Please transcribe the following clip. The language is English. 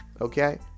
okay